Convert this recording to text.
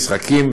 משחקים,